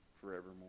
forevermore